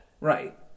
right